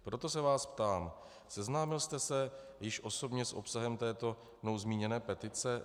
Proto se vás ptám: Seznámil jste se již osobně s obsahem této mnou zmíněné petice?